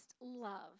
love